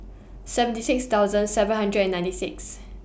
seventy six thousand seven hundred and ninety six